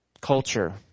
culture